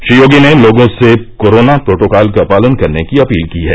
श्री योगी ने लोगों से कोरोना प्रोटोकाल का पालन करने की अर्पोल की है